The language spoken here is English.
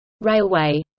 Railway